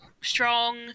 strong